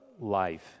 life